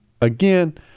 again